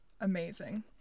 amazing